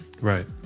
Right